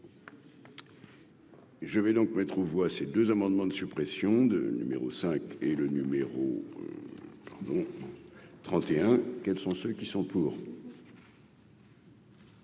Je vais donc mettre aux voix, ces 2 amendements de suppression de numéro 5 et le numéro pardon 31, quels sont ceux qui sont pour.